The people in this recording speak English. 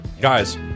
Guys